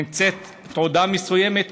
תעודה מסוימת,